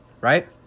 Right